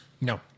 No